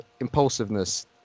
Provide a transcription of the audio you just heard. impulsiveness